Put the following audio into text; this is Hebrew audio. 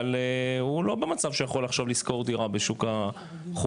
אבל הוא לא במצב שיכול עכשיו לשכור דירה בשוק החופשי,